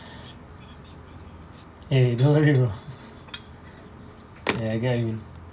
eh don't worry bro yeah I get what you mean